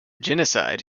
genocide